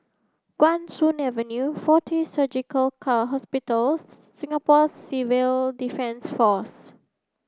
Guan Soon Avenue Fortis Surgical Hospital Singapore Civil Defence Force